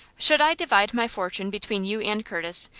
should i divide my fortune between you and curtis,